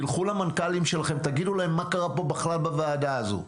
תלכו למנכ"לים שלכם ותגידו להם מה קרה כאן בוועדה הזו.